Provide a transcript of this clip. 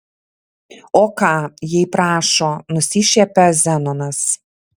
o ką jei prašo nusišiepia zenonas